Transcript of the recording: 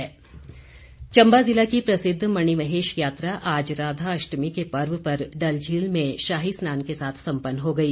मणिमहेश चंबा जिला की प्रसिद्ध मणिमहेश यात्रा आज राधा अष्टमी के पर्व पर डलझील में शाही स्नान के साथ सम्पन्न हो गई